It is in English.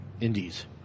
Indies